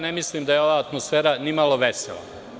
Ne mislim da je ova atmosfera ni malo vesela.